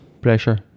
pressure